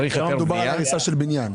כאן מדובר על הריסה של בניין.